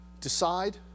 decide